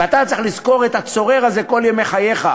ואתה צריך לזכור את הצורר הזה כל ימי חייך.